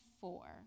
four